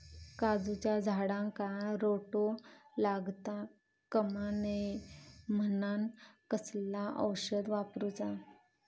काजूच्या झाडांका रोटो लागता कमा नये म्हनान कसला औषध वापरूचा?